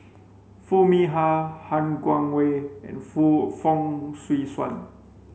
Foo Mee Har Han Guangwei and Fu Fong Swee Suan